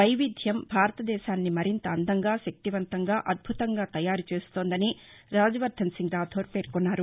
వైవిధ్యం భారతదేశాన్ని మరింత అందంగా శక్తివంతంగా అద్భుతంగా తయారు చేస్తోందని రాజవర్దన్ సింగ్ రాధోర్ పేర్కొన్నారు